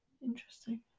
Interesting